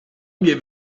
give